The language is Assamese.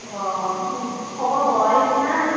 অ' খবৰ লোৱাই নাই